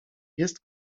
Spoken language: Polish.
jest